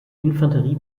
infanterie